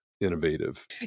innovative